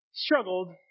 struggled